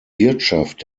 wirtschaft